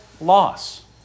loss